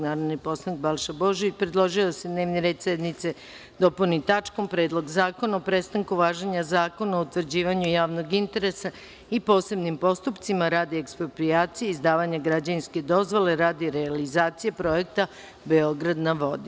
Narodni poslanik Balša Božović predložio je da se dnevni red sednice dopuni tačkom – Predlog zakona o prestanku važenja Zakona o utvrđivanju javnog interesa i posebnim postupcima radi eksproprijacije i izdavanja građevinske dozvole radi realizacije projekta „Beograd na vodi“